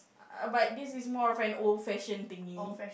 uh but this is more of an old fashion thingie